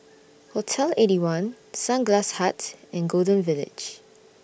Hotel Eighty One Sunglass Hut and Golden Village